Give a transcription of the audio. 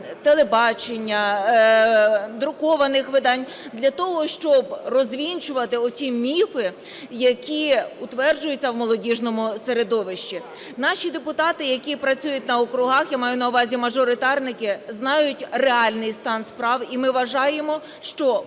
телебачення, друкованих видань для того, щоб розвінчувати оті міфи, які утверджуються в молодіжному середовищі. Наші депутати, які працюють на округах, я маю на увазі мажоритарники, знають реальний стан справ. І ми вважаємо, що